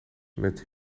met